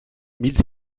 mille